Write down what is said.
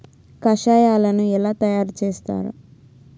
కషాయాలను ఎలా తయారు చేస్తారు?